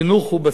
הוא עיקר,